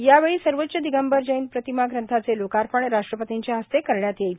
यावेळी सर्वोच्च दिगंबर जैन प्रतिमा ग्रंथाचे लोकार्पण राष्ट्रपतींच्या हस्ते करण्यात येईल